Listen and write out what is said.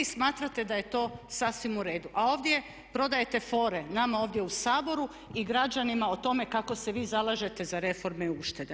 Smatrate da je to sasvim u redu, a ovdje prodajete fore nama ovdje u Saboru i građanima o tome kako se vi zalažete za reforme i uštede.